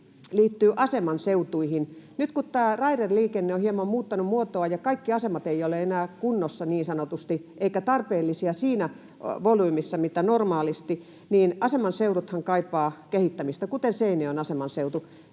liittyy asemanseutuihin. Nyt kun tämä raideliikenne on hieman muuttanut muotoaan ja kaikki asemat eivät ole enää kunnossa niin sanotusti eivätkä tarpeellisia siinä volyymissa, mitä normaalisti, niin asemanseuduthan kaipaavat kehittämistä, kuten Seinäjoen asemanseutu.